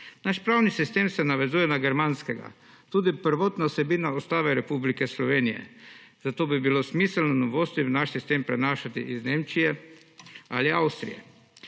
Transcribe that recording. Naš pravni sistem se navezuje na germanskega, tudi prvotna vsebina Ustave Republike Slovenije, zato bi bilo smiselno novosti v naš sistem prenašati iz Nemčije ali Avstrije.